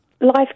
life